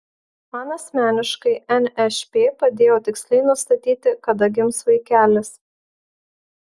man asmeniškai nšp padėjo tiksliai nustatyti kada gims vaikelis